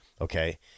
Okay